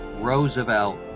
Roosevelt